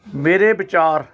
ਮੇਰੇ ਵਿਚਾਰ